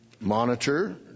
monitor